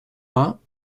vingts